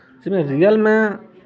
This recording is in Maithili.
रियलमे